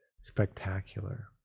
spectacular